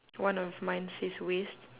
one of mine says waste